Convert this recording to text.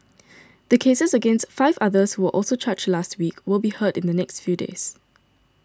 the cases against five others who were also charged last week will be heard in the next few days